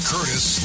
Curtis